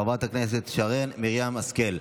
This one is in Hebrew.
חברת הכנסת שרן מרים השכל,